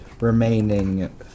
remaining